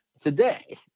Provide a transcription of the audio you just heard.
Today